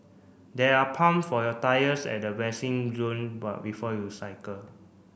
there are pump for your tyres at the resting zone bar before you cycle